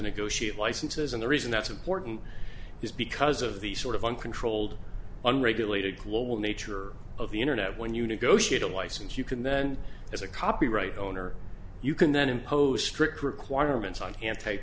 it licenses and the reason that's important is because of the sort of uncontrolled unregulated global nature of the internet when you negotiate a license you can then as a copyright owner you can then impose strict requirements on anti